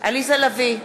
עליזה לביא,